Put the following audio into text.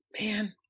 Man